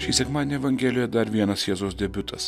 šį sekmadienį evangelijoj dar vienas jėzaus debiutas